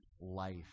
life